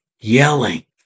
yelling